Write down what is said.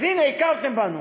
אז, הנה, הכרתם בנו.